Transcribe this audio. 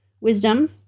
wisdom